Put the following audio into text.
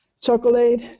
chocolate